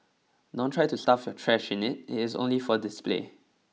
don't try to stuff your trash in it it is only for display